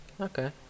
okay